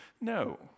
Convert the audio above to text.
No